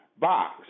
box